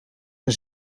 een